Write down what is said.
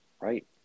Right